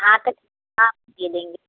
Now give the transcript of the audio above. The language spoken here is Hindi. हाँ तो के दे देंगे